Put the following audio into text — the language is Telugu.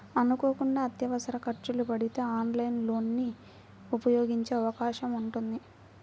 అనుకోకుండా అత్యవసర ఖర్చులు పడితే ఆన్లైన్ లోన్ ని ఉపయోగించే అవకాశం ఉంటుంది